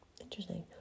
Interesting